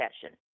session